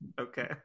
Okay